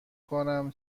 کنم